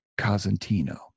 Cosentino